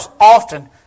often